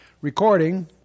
recording